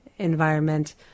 environment